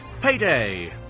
Payday